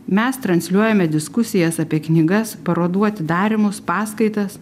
mes transliuojame diskusijas apie knygas parodų atidarymus paskaitas